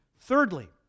Thirdly